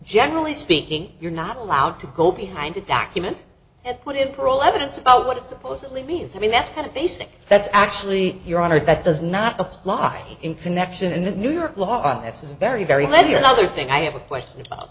generally speaking you're not allowed to go behind a document and put in for all evidence about what it supposedly means i mean that's kind of basic that's actually your honor that does not apply in connection in the new york law and this is very very many other things i have a question about